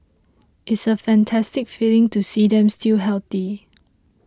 it's a fantastic feeling to see them still healthy